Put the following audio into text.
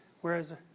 whereas